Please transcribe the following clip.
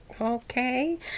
Okay